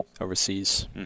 Overseas